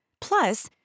Plus